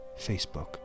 Facebook